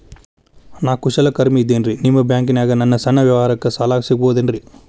ನಾ ಕುಶಲಕರ್ಮಿ ಇದ್ದೇನ್ರಿ ನಿಮ್ಮ ಬ್ಯಾಂಕ್ ದಾಗ ನನ್ನ ಸಣ್ಣ ವ್ಯವಹಾರಕ್ಕ ಸಾಲ ಸಿಗಬಹುದೇನ್ರಿ?